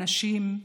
הנשים,